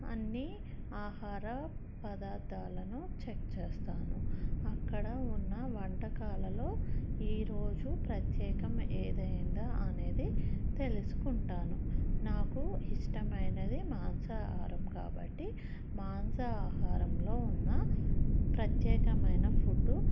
అన్ని ఆహార పదార్థాలను చెక్ చేస్తాను అక్కడ ఉన్న వంటకాలలో ఈరోజు ప్రత్యేకం ఏదైందో అనేది తెలుసుకుంటాను నాకు ఇష్టమైనది మాంసహారం కాబట్టి మాంస ఆహారంలో ఉన్న ప్రత్యేకమైన ఫుడ్